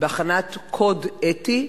בהכנת קוד אתי,